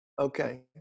Okay